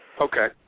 okay